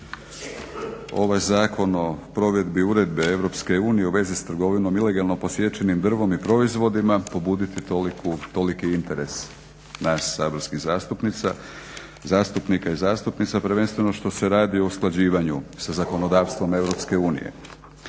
ovaj Zakon o provedbi Uredbe EU u vezi s trgovinom ilegalno posječenim drvom i proizvodima pobuditi toliki interes nas saborskih zastupnica i zastupnika prvenstveno što se radi o usklađivanju sa zakonodavstvom EU.